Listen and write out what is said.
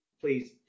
Please